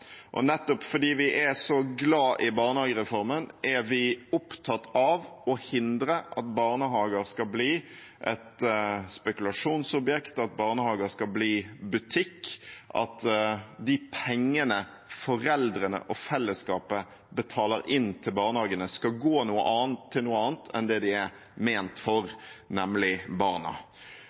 og arbeid. Det er en reform vi i SV er utrolig stolte av. Nettopp fordi vi er så glad i barnehagereformen, er vi opptatt av å hindre at barnehager blir et spekulasjonsobjekt, at barnehager blir butikk, at de pengene foreldrene og fellesskapet betaler inn til barnehagene, går til noe annet enn det de er ment for, nemlig barna.